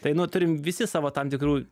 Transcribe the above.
tai nu turim visi savo tam tikrų